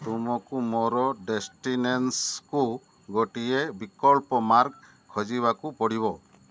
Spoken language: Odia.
ତୁମକୁ ମୋର ଡେଷ୍ଟିନେସନ୍କୁ ଗୋଟିଏ ବିକଳ୍ପ ମାର୍ଗ ଖୋଜିବାକୁ ପଡ଼ିବ